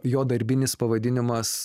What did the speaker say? jo darbinis pavadinimas